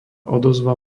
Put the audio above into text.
odozva